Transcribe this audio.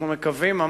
אנחנו מקווים לחתום,